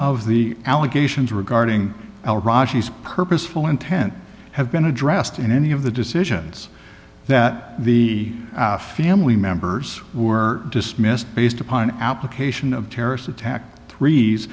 of the allegations regarding purposeful intent have been addressed in any of the decisions that the family members were dismissed based upon outlook ation of terrorist attack three's